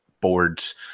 boards